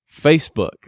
Facebook